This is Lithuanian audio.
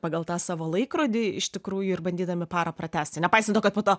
pagal tą savo laikrodį iš tikrųjų ir bandydami parą pratęsti nepaisant to kad po to